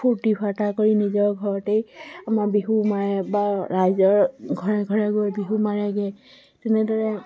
ফূৰ্তি ফাৰ্টা কৰি নিজৰ ঘৰতেই আমাৰ বিহু মাৰে বা ৰাইজৰ ঘৰে ঘৰে গৈ বিহু মাৰেগৈ তেনেদৰে